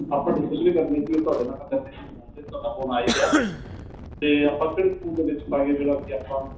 ਆਪਾਂ ਡਿਸਕਸ਼ਨ ਹੀ ਕਰਨੀ ਸੀ ਉਹ ਤੁਹਾਡੇ ਨਾਲ ਕਰ ਲੈਂਦੇ ਫੋਨ 'ਤੇ ਤੁਹਾਡਾ ਫੋਨ ਆ ਹੀ ਗਿਆ ਅਤੇ ਆਪਾਂ ਕਿਹੜੇ ਸਕੂਲ ਦੇ ਵਿੱਚ ਪਾਈਏ ਜਿਹੜਾ ਕਿ ਆਪਾਂ ਨੂੰ